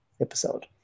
episode